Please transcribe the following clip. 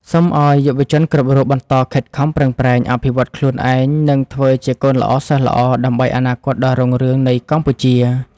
សូមឱ្យយុវជនគ្រប់រូបបន្តខិតខំប្រឹងប្រែងអភិវឌ្ឍន៍ខ្លួនឯងនិងធ្វើជាកូនល្អសិស្សល្អដើម្បីអនាគតដ៏រុងរឿងនៃកម្ពុជា។